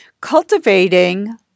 Cultivating